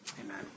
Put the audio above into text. Amen